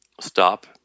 stop